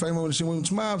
לפעמים אנשים אומרים: שמע,